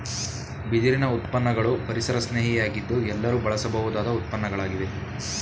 ಬಿದಿರಿನ ಉತ್ಪನ್ನಗಳು ಪರಿಸರಸ್ನೇಹಿ ಯಾಗಿದ್ದು ಎಲ್ಲರೂ ಬಳಸಬಹುದಾದ ಉತ್ಪನ್ನಗಳಾಗಿವೆ